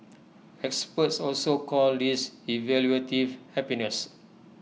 experts also call this evaluative happiness